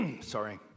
Sorry